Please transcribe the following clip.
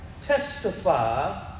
testify